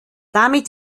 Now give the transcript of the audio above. damit